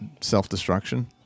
self-destruction